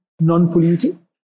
non-polluting